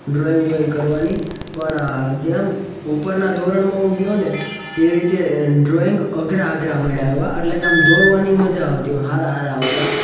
drawing બોઈંગ કરવાની પણ જેમ ઉપરના ધોરણમાં હું ગયો ને તેવી રીતે એ ડ્રોઈંગ અઘરા અઘરા મળ્યા આવ્યા એટલે કે આમ દોરવાની મજા આવતી આમ સારા સારા આવતા